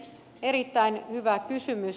erittäin hyvä kysymys